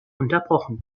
unterbrochen